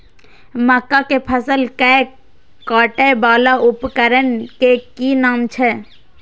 मक्का के फसल कै काटय वाला उपकरण के कि नाम छै?